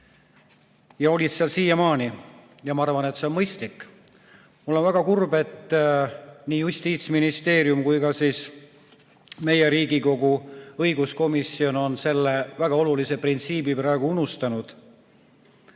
ja olid seal siiamaani ja ma arvan, et see on mõistlik. Mul on väga kurb, et nii Justiitsministeerium kui ka meie Riigikogu õiguskomisjon on selle väga olulise printsiibi praegu unustanud.